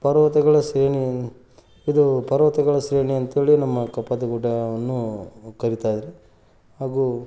ಪರ್ವತಗಳ ಶ್ರೇಣಿ ಇದು ಪರ್ವತಗಳ ಶ್ರೇಣಿ ಅಂತ್ಹೇಳಿ ನಮ್ಮ ಕಪ್ಪತ್ತ ಗುಡ್ಡವನ್ನು ಕರಿತಾ ಇದ್ದರು ಹಾಗೂ